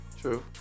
true